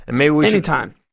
Anytime